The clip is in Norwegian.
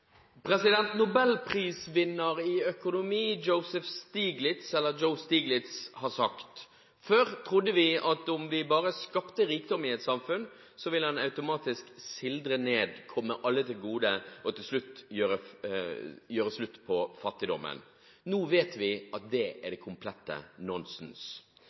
Stiglitz, nobelprisvinner i økonomi, har sagt: «Før trodde vi at om vi bare skapte rikdom i et samfunn, så ville den automatisk sildre ned, komme alle til gode og gjøre slutt på fattigdommen.» Nå vet vi at det er det komplette nonsens.